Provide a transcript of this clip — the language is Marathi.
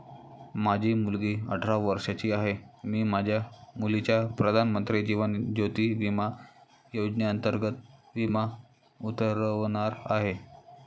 माझी मुलगी अठरा वर्षांची आहे, मी माझ्या मुलीचा प्रधानमंत्री जीवन ज्योती विमा योजनेअंतर्गत विमा उतरवणार आहे